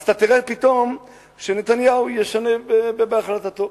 אז אתה תראה פתאום שנתניהו ישנה בהחלטתו.